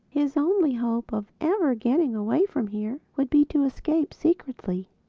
his only hope of ever getting away from here would be to escape secretly.